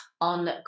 on